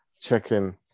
checking –